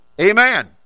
Amen